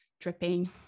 dripping